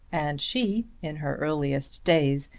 and she, in her earliest days,